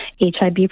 HIV